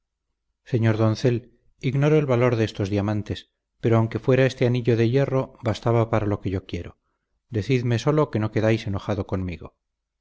señor doncel ignoro el valor de estos diamantes pero aunque fuera este anillo de hierro bastaba para lo que yo le quiero decidme sólo que no quedáis enojado conmigo